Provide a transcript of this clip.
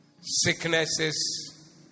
sicknesses